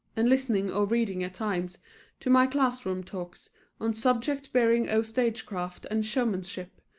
and listening or reading at times to my class room talks on subjects bearing oh stage-craft and showmanship,